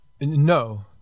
No